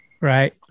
Right